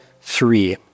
three